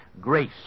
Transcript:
grace